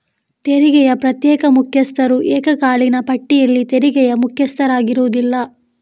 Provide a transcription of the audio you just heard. ತೆರಿಗೆಯ ಪ್ರತ್ಯೇಕ ಮುಖ್ಯಸ್ಥರು ಏಕಕಾಲೀನ ಪಟ್ಟಿಯಲ್ಲಿ ತೆರಿಗೆಯ ಮುಖ್ಯಸ್ಥರಾಗಿರುವುದಿಲ್ಲ